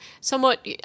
somewhat